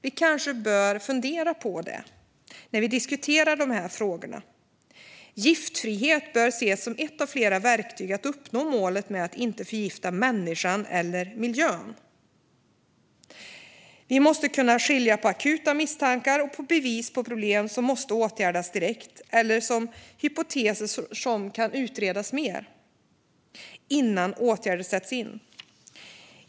Vi kanske bör fundera på det när vi diskuterar dessa frågor. Giftfrihet bör ses som ett av flera verktyg för att uppnå målet att inte förgifta människan eller miljön. Vi måste kunna skilja mellan akuta misstankar och bevisade problem som måste åtgärdas direkt och hypoteser som kan utredas mer innan åtgärder sätts in.